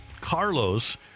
Carlos